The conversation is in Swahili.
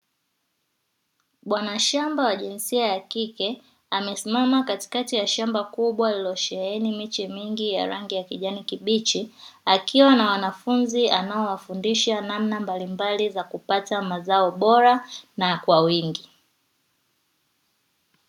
Bwanashamba wa jinsia ya kike amesimama katikati ya shamba kubwa lililosheheni miche mingi ya rangi ya kijani kibichi, akiwa na wanafunzi akiwafundisha namna ya kupata mazao bora na kwa wingi.